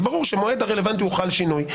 אז ברור שהמועד הרלוונטי הוא "חל שינוי".